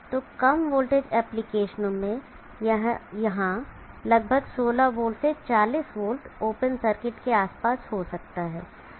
तो कम वोल्टेज एप्लीकेशनो में यह यहां लगभग 16 वोल्ट से 40 वोल्ट ओपन सर्किट के आसपास हो सकता है